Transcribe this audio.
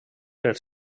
per